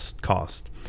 cost